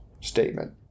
statement